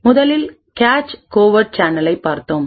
முதலில் கேச் கோவர்ட் சேனலைப் பார்த்தோம்